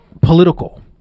political